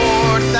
Lord